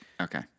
Okay